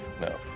no